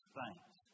thanks